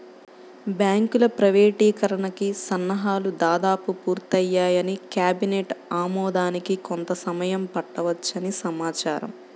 బ్యాంకుల ప్రైవేటీకరణకి సన్నాహాలు దాదాపు పూర్తయ్యాయని, కేబినెట్ ఆమోదానికి కొంత సమయం పట్టవచ్చని సమాచారం